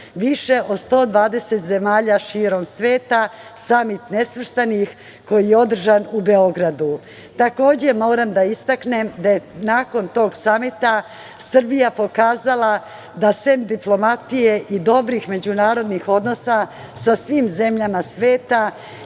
više od 120 zemalja širom sveta, Samit nesvrstanih, koji je održan u Beogradu. Takođe, moram da istaknem da je nakon tog Samita, Srbija pokazala da sem diplomatije i dobrih međunarodnih odnosa, sa svim zemljama sveta,